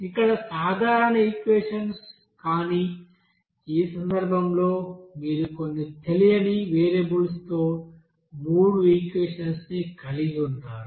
ఇక్కడ సాధారణ ఈక్వెషన్స్ు కానీ ఈ సందర్భంలో మీరు కొన్ని తెలియని వేరియబుల్స్తో మూడు ఈక్వెషన్స్ ని కలిగి ఉన్నారు